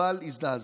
אבל הזדעזעתי.